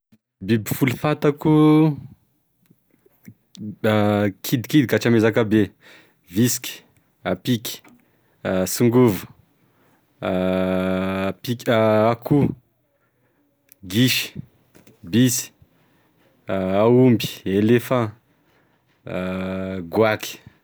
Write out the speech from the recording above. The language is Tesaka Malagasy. Biby folo fantako da kidikidy ka hatrame zakabe: visiky, apiky, tsongovo, apik- akoho, gisy, bisy, aomby, elefant, goaky.